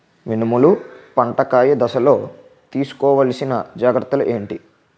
మినుములు పంట కాయ దశలో తిస్కోవాలసిన జాగ్రత్తలు ఏంటి?